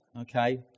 okay